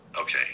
okay